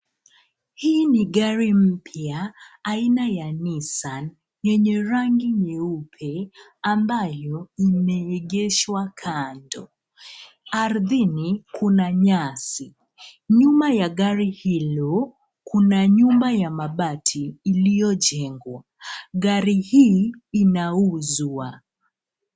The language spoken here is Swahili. Hii ni gari mpya aina ya Nissan yenye rangi nyeupe ambayo imeegeshwa kando. Ardhini kuna nyasi. Nyuma ya gari hilo kuna nyumba ya mabati iliyojengwa. Gari hii inauzwa.